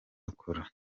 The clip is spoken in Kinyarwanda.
akora